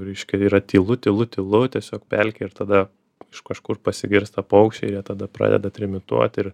reiškia yra tylu tylu tylu tiesiog pelkė ir tada iš kažkur pasigirsta paukščiai jie tada pradeda trimituot ir